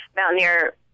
Mountaineer